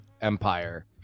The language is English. empire